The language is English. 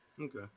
Okay